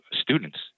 students